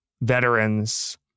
veterans